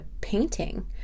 painting